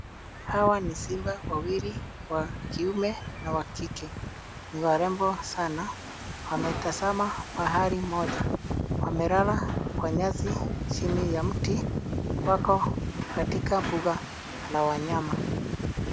Hawa ni simba wawili wa kiume na wa kike. Ni warembo sana. Wametazama mahali moja. Wamelala kwa nyasi chini ya mti. Wako katika mbuga la wanyama.